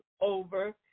over